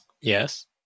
Yes